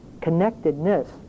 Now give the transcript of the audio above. connectedness